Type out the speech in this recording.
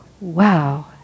Wow